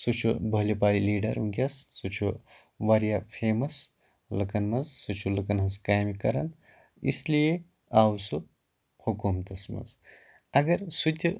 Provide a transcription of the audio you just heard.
سُہ چھُ بٕہلہِ پایہِ لیٖڈَر وٕنۍکٮ۪س سُہ چھُ واریاہ فیمَس لُکَن منٛز سُہ چھُ لُکَن ہنٛز کامہِ کَران اِسلِیے آو سُہ حُکوٗمتَس منٛز اگر سُہ تہ